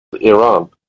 iran